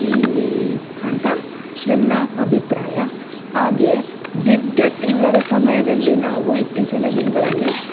ಈ ಅಂತ ನನ್ನ ಅಭಿಪ್ರಾಯ ಹಾಗೆ ವಿದ್ಯುತ್ ಇಲ್ಲದ ಸಮಯದಲ್ಲಿ ನಾವು ಇತ್ತೀಚಿನ ದಿನಗಳಲ್ಲಿ